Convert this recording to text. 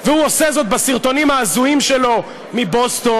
והוא עושה זאת בסרטונים ההזויים שלו מבוסטון,